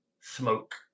smoke